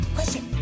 Question